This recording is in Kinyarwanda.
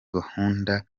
gahunda